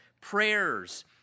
prayers